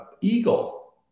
eagle